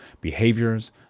behaviors